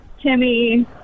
Timmy